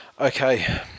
Okay